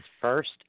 first